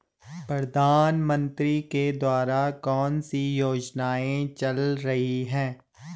प्रधानमंत्री के द्वारा कौनसी योजनाएँ चल रही हैं?